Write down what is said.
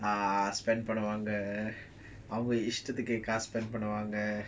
ah spend பண்ணுவாங்கஅவங்கஇஷ்டத்துக்குகாசு:pannuvanga avanga istathuku kaasu spend பண்ணுவாங்க:pannuvanga